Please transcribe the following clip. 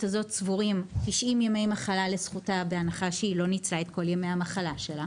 הזו צבורים כ-90 ימי מחלה בהנחה שהיא לא ניצלה את כל ימי המחלה שלה,